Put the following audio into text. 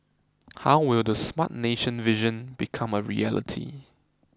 how will the Smart Nation vision become a reality